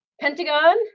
pentagon